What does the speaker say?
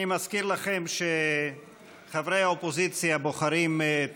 אני מזכיר לכם שחברי האופוזיציה בוחרים את